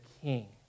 king